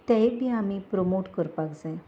तेंय बी आमी प्रोमोट करपाक जाय